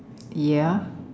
ya